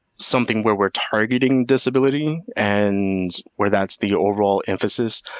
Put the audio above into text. something where we're targeting disability and where that's the overall emphasis,